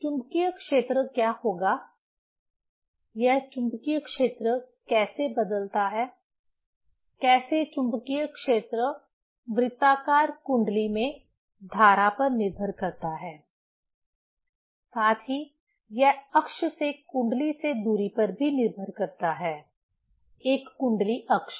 चुंबकीय क्षेत्र क्या होगा यह चुंबकीय क्षेत्र कैसे बदलता है कैसे चुंबकीय क्षेत्र वृत्ताकार कुंडली में धारा पर निर्भर करता है साथ ही यह अक्ष से कुंडली से दूरी पर भी निर्भर करता है एक कुंडली अक्ष